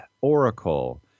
Oracle